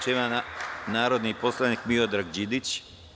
Reč ima narodni poslanik Miodrag Đidić.